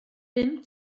bum